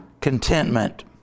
contentment